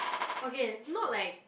okay not like